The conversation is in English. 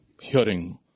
hearing